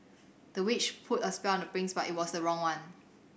the witch put a spell on the prince but it was the wrong one